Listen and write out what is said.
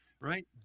Right